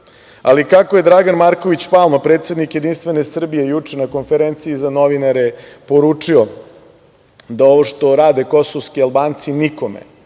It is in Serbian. Kako je Dragan Marković Palma, predsednik JS juče na konferenciji za novinare poručio, da ovo što rade kosovski Albanci, nikome